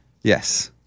Yes